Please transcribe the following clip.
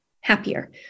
happier